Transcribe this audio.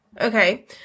Okay